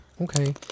okay